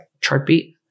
Chartbeat